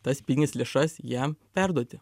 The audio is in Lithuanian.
tas pinigines lėšas jam perduoti